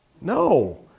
No